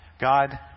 God